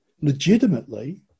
legitimately